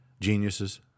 geniuses